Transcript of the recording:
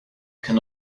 can